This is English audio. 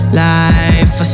life